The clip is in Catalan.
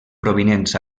provinents